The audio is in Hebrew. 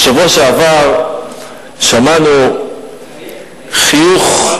בשבוע שעבר שמענו חיוך,